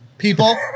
people